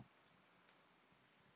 you stuff or they slowly recover